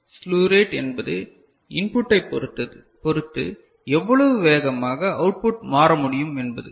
slew rate என்பது input type பொறுத்து எவ்வளவு வேகமாக அவுட்புட் மாற முடியும் என்பது